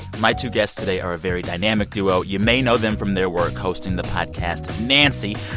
my two guests today are a very dynamic duo. you may know them from their work hosting the podcast nancy,